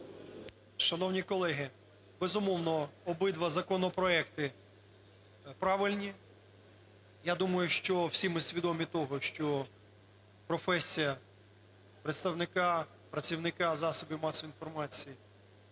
Шановні колеги, безумовно, обидва законопроекти правильні. Я думаю, що всі ми свідомі того, що професія представника, працівника засобів масової інформації